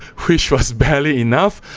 which was barely enough.